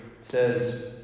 says